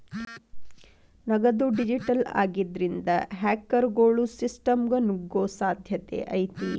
ನಗದು ಡಿಜಿಟಲ್ ಆಗಿದ್ರಿಂದ, ಹ್ಯಾಕರ್ಗೊಳು ಸಿಸ್ಟಮ್ಗ ನುಗ್ಗೊ ಸಾಧ್ಯತೆ ಐತಿ